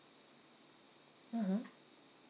mm mm